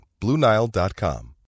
BlueNile.com